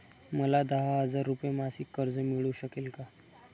मला दहा हजार रुपये मासिक कर्ज मिळू शकेल का?